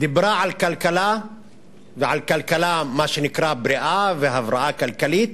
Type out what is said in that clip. דיברה על כלכלה ועל מה שנקרא כלכלה בריאה והבראה כלכלית,